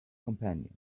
companion